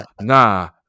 nah